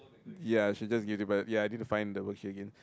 ya should just give it back ya need to find the worksheet again